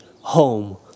home